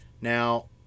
Now